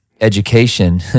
education